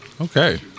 Okay